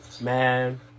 Man